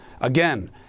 Again